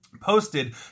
posted